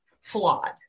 flawed